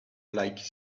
like